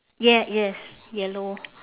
ye~ yes yellow